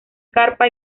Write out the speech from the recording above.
carpa